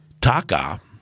Taka